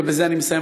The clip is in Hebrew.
ובזה אני מסיים,